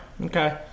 okay